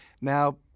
now